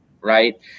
right